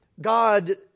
God